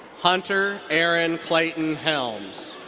hunter aaron clayton helms.